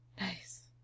Nice